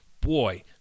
boy